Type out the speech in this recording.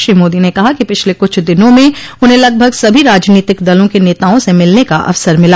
श्री मोदी ने कहा कि पिछले कुछ दिनों में उन्हें लगभग सभी राजनीतिक दलों के नेताओं से मिलने का अवसर मिला